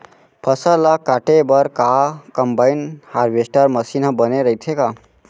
फसल ल काटे बर का कंबाइन हारवेस्टर मशीन ह बने रइथे का?